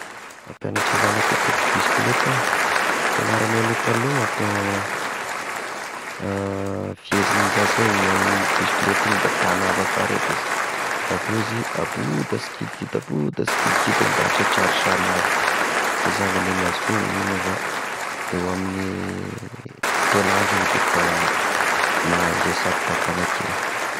Hampianatry zanako hipitiky bisikitela iaho, fianaragnay agn'io taloha manko, vehezign'igny zaza egna igny bisikileta igny da tagnà avy fara aika izy, da avy eo izy aboda sy kidikidy aboda sy kidikidy da tratrÿ sa lavo, koa zagny ny agnazy fe ny igny avao eo amin'ny telo andro eo de efa mahay, ndre saky da tagnàk'ila.